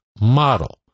model